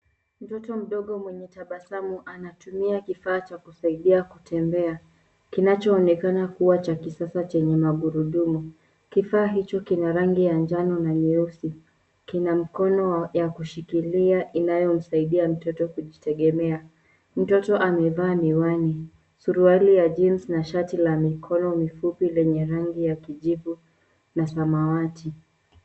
Mtoto mdogo mwenye tabasamu anatumia kifaa cha kusaidia kutembea. Kinachoonekana kuwa cha kisasa chenye magurudumu. Kifaa hicho kina rangi ya njano na nyeusi. Kina mkono ya kushikilia inayomsaidia mtoto kujitegemea. Mtoto amevaa miwani, suruali ya jeans na shati la mikono mifuko yenye rangi ya kijivu na samawati.